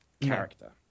character